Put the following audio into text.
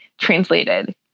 translated